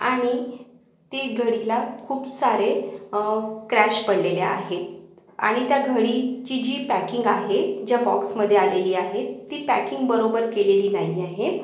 आणि ती घडीला खूप सारे क्रॅश पडलेल्या आहे आणि त्या घडीची जी पॅकिंग आहे ज्या बॉक्समध्ये आलेली आहे ती पॅकिंग बरोबर केलेली नाही आहे